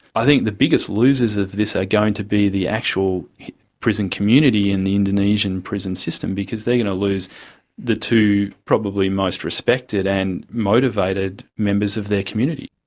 i think the biggest losers of this are going to be the actual prison community and the indonesian prison system because they are going to lose the two probably most respected and motivated members of their community.